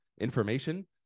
information